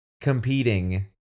Competing